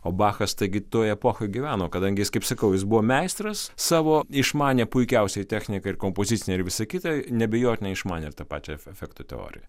o bachas taigi toj epochoj gyveno kadangi jis kaip sakau jis buvo meistras savo išmanė puikiausiai techniką ir kompozicinę ir visa kita neabejotinai išmanęs tapačią efektų teoriją